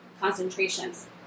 concentrations